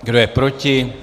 Kdo je proti?